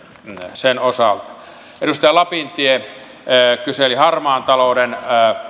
sen osalta edustaja lapintie kyseli harmaan talouden